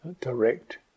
Direct